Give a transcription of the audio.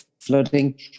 flooding